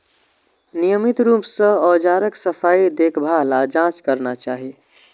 नियमित रूप सं औजारक सफाई, देखभाल आ जांच करना चाही